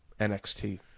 NXT